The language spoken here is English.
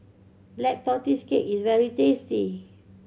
Black Tortoise Cake is very tasty